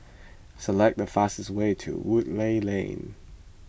select the fastest way to Woodleigh Lane